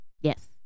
Yes